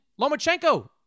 Lomachenko